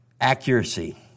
Accuracy